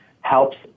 helps